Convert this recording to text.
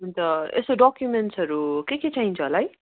अन्त यसो डकुमेन्ट्सहरू के के चाहिन्छ होला है